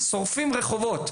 אלא שורפים את הרחובות.